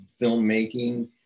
filmmaking